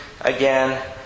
again